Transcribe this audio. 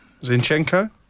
Zinchenko